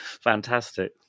Fantastic